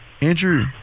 Andrew